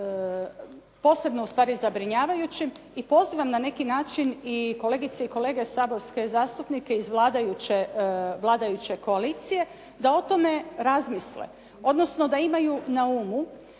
posebno zabrinjavajućim. I pozivam na neki način kolege i kolegice saborske zastupnike iz vladajuće koalicije, da o tome razmisle. Odnosno da imaju na umu